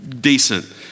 decent